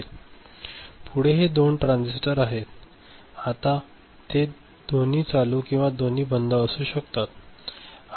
पुढे हे दोन ट्रांजिस्टर आहेत आता ते दोन्ही चालू किंवा दोन्ही बंद असू शकतात का